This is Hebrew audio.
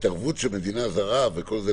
התערבות של מדינה זרה וכל זה,